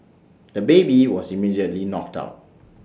the baby was immediately knocked out